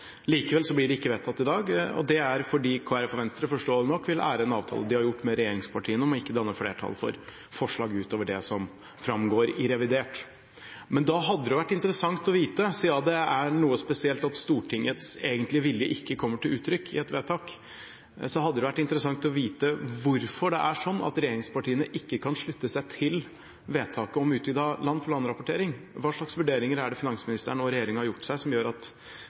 Likevel blir det ikke vedtatt i dag, og det er fordi Kristelig Folkeparti og Venstre, forståelig nok, vil ære en avtale de har gjort med regjeringspartiene om ikke å danne flertall for forslag utover det som framgår i revidert. Men da hadde det vært interessant å vite, siden det er noe spesielt at Stortingets egentlige vilje ikke kommer til uttrykk i et vedtak, hvorfor det er slik at regjeringspartiene ikke kan slutte seg til vedtaket om utvidet land-for-land-rapportering. Hva slags vurderinger er det finansministeren og regjeringen har gjort, som gjør at